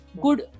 good